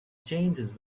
changes